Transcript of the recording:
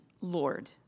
Lord